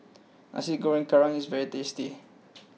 Nasi Goreng Kerang is very tasty